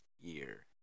year